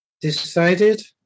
Decided